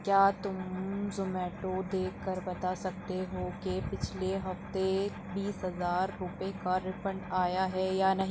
کیا تم زومیٹو دیکھ کر بتا سکتے ہو کہ پچھلے ہفتہ بیس ہزار روپئے کا ریفنڈ آیا ہے یا نہیں